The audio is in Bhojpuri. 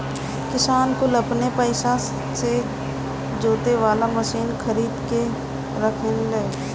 किसान कुल अपने पइसा से जोते वाला मशीन खरीद के रखेलन